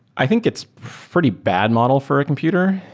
i think it's pretty bad model for a computer.